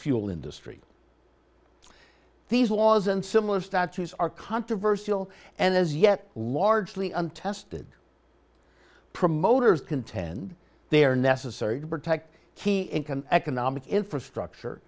fuel industry these laws and similar statues are controversial and as yet largely untested promoters contend they are necessary to protect key economic infrastructure